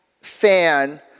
fan